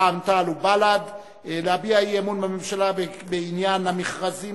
רע"ם-תע"ל ובל"ד הצעה להביע אי-אמון בממשלה בעניין המכרזים